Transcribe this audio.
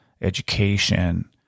education